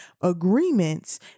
agreements